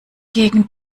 gegen